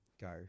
go